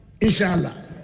Inshallah